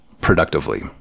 productively